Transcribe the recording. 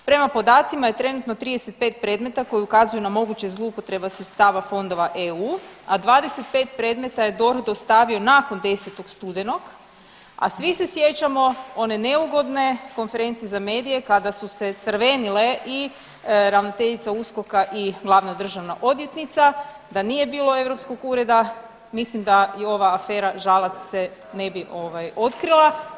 Prema podacima je trenutno 35 predmeta koji ukazuju na moguće zloupotrebe sredstava fondova EU, a 25 predmeta je DORH dostavio nakon 10. studenog, a svi se sjećamo one neugodne konferencije za medije kada su se crvenile i ravnateljica USKOK-a i glavna državna odvjetnica da nije bilo europskog ureda mislim da i ova afera Žalac se ne bi ovaj otkrila.